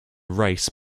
race